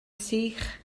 sych